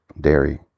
dairy